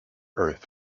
earth